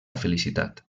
felicitat